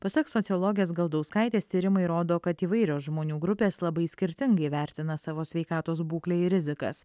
pasak sociologės galdauskaitės tyrimai rodo kad įvairios žmonių grupės labai skirtingai vertina savo sveikatos būklę ir rizikas